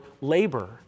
labor